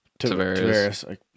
Tavares